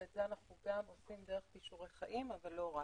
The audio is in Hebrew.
שאת זה עושים דרך כישורי חיים אך לא רק.